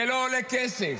זה לא עושה כסף.